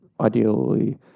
ideally